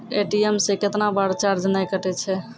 ATM से कैतना बार चार्ज नैय कटै छै?